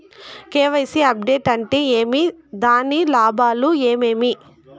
KYC update అంటే ఏమి? దాని లాభాలు ఏమేమి?